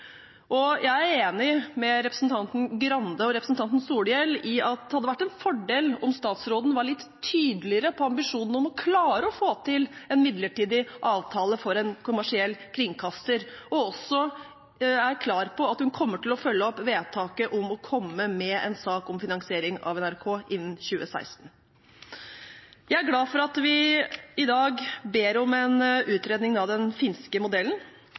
Jeg er enig med representanten Grande og representanten Solhjell i at det hadde vært en fordel om statsråden var litt tydeligere på ambisjonen om å klare å få til en midlertidig avtale for en kommersiell kringkaster, og også er klar på at hun kommer til å følge opp vedtaket om å komme med en sak om finansiering av NRK innen 2016. Jeg er glad for at vi i dag ber om en utredning av den finske modellen,